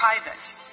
private